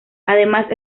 además